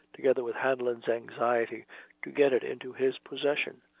together with hanlon's anxiety to get it into his possession.